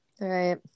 right